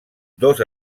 dos